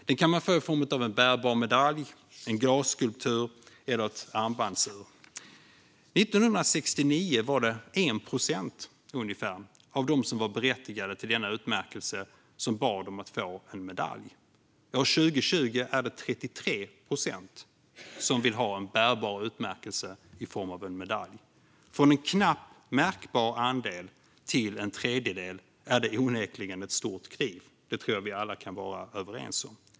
Den kan man få i form av en bärbar medalj, en glasskulptur eller ett armbandsur. År 1969 var det ungefär 1 procent av dem som var berättigade till denna utmärkelse som bad om att få en medalj. År 2020 är det 33 procent som vill ha en bärbar utmärkelse i form av en medalj. Från en knappt märkbar andel till en tredjedel är det onekligen ett stort kliv. Det tror jag vi alla kan vara överens om.